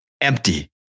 empty